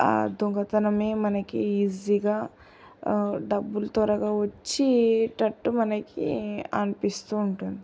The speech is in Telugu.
దొంగతనమే మనకి ఈజీగా డబ్బులు త్వరగా వచ్చేటట్టు మనకి అనిపిస్తూ ఉంటుంది